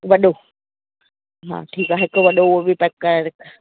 वॾो हा ठीकु आहे हिकु वॾो उहो पैक कराए रख